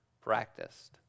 practiced